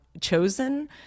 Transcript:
chosen